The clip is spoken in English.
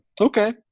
okay